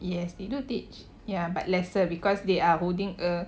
yes they do teach ya but lesser because they are holding a